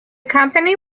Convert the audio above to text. company